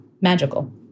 magical